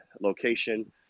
location